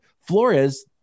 Flores